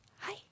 Hi